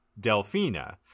Delphina